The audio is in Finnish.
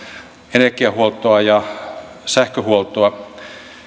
energiahuoltoa ja sähköhuoltoa